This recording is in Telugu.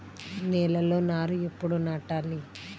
నేలలో నారు ఎప్పుడు నాటాలి?